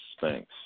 Thanks